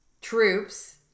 troops